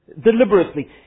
Deliberately